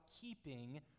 keeping